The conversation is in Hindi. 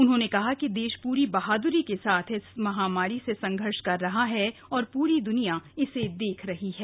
उन्होंने कहा कि देश पूरी बहादुरी के साथ इस महामारी से संघर्ष कर रहा है और पूरी दुनिया इसे देख रही है